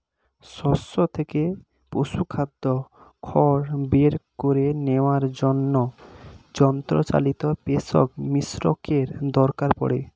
শস্য থেকে পশুখাদ্য খড় বের করে নেওয়ার জন্য যন্ত্রচালিত পেষক মিশ্রকের দরকার পড়ে